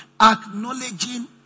Acknowledging